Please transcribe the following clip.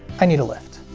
i need a lift.